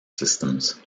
systems